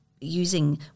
using